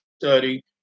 study